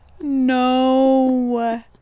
No